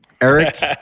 eric